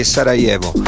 Sarajevo